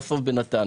בסוף בנתניה,